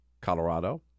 Colorado